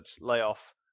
layoff